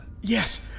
Yes